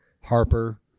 Harper